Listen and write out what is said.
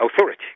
Authority